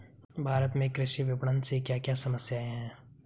भारत में कृषि विपणन से क्या क्या समस्या हैं?